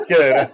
good